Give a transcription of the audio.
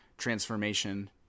transformation